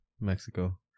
Mexico